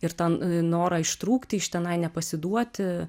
ir tą norą ištrūkti iš tenai nepasiduoti